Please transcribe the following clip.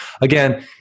again